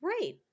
Right